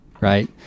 Right